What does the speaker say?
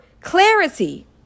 clarity